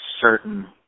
certain